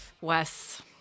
Wes